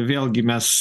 vėlgi mes